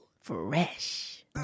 Fresh